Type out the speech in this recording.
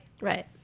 right